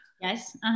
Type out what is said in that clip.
Yes